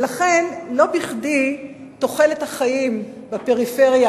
ולכן לא בכדי תוחלת החיים בפריפריה,